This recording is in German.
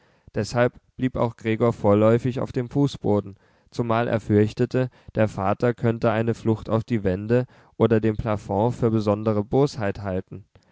deshalb blieb auch gregor vorläufig auf dem fußboden zumal er fürchtete der vater könnte eine flucht auf die wände oder den plafond für besondere bosheit halten